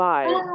Bye